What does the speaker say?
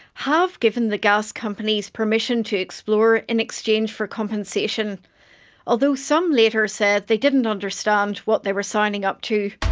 have given the gas companies permission to explore in exchange for compensation although some later said they didn't understand what they were signing up to.